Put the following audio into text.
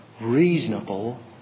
reasonable